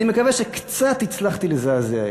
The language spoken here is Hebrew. אני מקווה שקצת הצלחתי לזעזע אתכם.